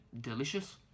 delicious